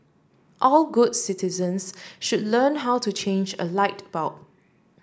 all good citizens should learn how to change a light bulb